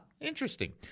Interesting